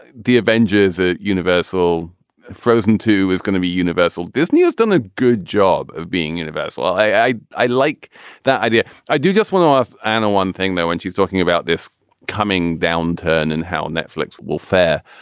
the avengers a universal frozen two is going to be universal. disney has done a good job of being universal. i i like that idea. i do just when i was the and one thing though when she's talking about this coming downturn and how netflix will fare.